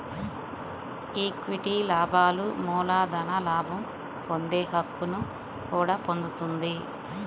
equity లాభాలు మూలధన లాభం పొందే హక్కును కూడా పొందుతుంది